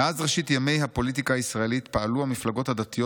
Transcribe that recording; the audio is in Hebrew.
"מאז ראשית ימי הפוליטיקה הישראלית פעלו המפלגות הדתיות